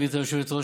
גברתי היושבת-ראש,